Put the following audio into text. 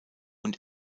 und